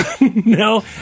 No